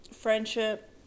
Friendship